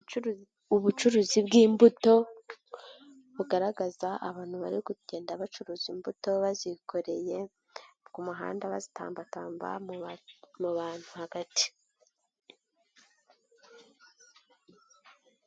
Ubucuruzi bw'imbuto bugaragaza abantu bari kugenda bacuruza imbuto bazikoreye ku muhanda bazitambatamba mu bantu hagati.